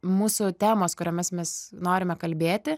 mūsų temos kuriomis mes norime kalbėti